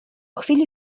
chwili